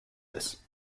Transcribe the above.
this